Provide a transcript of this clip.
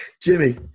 Jimmy